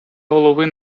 голови